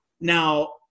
Now